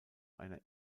einer